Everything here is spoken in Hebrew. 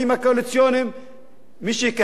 מי שיכהן בתפקיד של שר העורף.